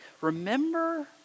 remember